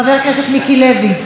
חבר הכנסת מיקי לוי,